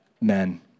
men